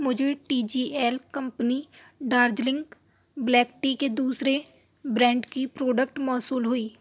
مجھے T G L company Darjeeling black tea کے دوسرے برانڈ کی پراڈکٹ موصول ہوئی